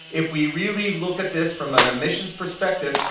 if we really look at this from an emissions perspective,